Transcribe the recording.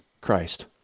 Christ